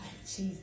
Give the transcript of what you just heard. Jesus